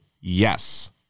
yes